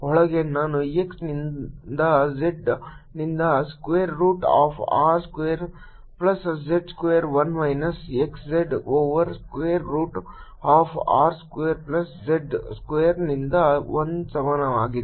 ಒಳಗೆ ನಾನು x ನಿಂದ z ನಿಂದ square root of R square plus z square 1 minus x z over square root of R square plus z square ನಿಂದ 1 ಸಮನಾಗಿದೆ